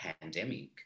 pandemic